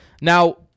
Now